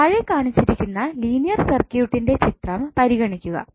താഴെ കാണിച്ചിരിക്കുന്ന ലീനിയർ സർക്യൂട്ടിന്റെ ചിത്രം പരിഗണിക്കുക